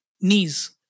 knees